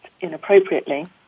inappropriately